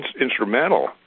instrumental